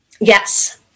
Yes